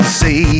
say